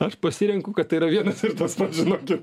aš pasirenku kad tai yra vienas ir tas pats žinokit